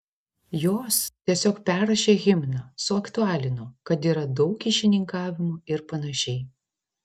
jos tiesiog perrašė himną suaktualino kad yra daug kyšininkavimo ir panašiai